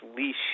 leash